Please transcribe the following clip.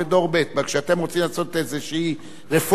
רק כשאתם רוצים לעשות איזו רפורמה או איזה